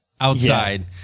outside